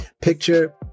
Picture